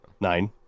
Nine